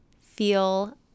feel